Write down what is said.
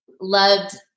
loved